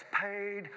paid